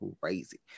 crazy